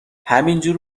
همینجور